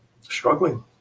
struggling